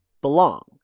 belong